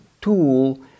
tool